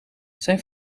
zijn